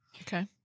Okay